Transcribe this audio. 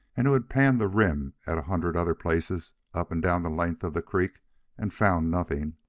and who had panned the rim at a hundred other places up and down the length of the creek and found nothing,